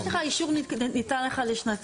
יש לך אישור, ניתן לך לשנתיים.